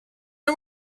are